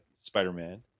Spider-Man